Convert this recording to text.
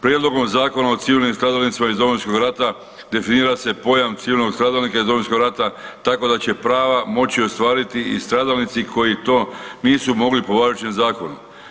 Prijedlogom zakona o civilnim stradalnicima iz Domovinskog rata, definira se pojam civilnog stradalnika iz Domovinskog rata tako da će prava moći ostvariti i stradalnici koji to nisu mogli po važećem zakonu.